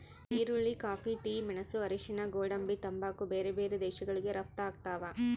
ಈರುಳ್ಳಿ coffee tea ಮೆಣಸು ಅರಿಶಿಣ ಗೋಡಂಬಿ ತಂಬಾಕು ಬೇರೆ ಬೇರೆ ದೇಶಗಳಿಗೆ ರಪ್ತಾಗ್ತಾವ